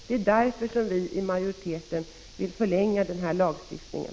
Det är därför som utskottsmajoriteten vill förlänga lagen.